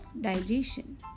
digestion